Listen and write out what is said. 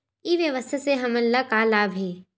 ई व्यवसाय से हमन ला का लाभ हे?